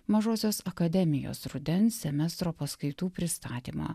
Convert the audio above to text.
mažosios akademijos rudens semestro paskaitų pristatymą